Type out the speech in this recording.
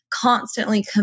constantly